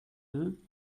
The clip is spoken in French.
eux